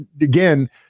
Again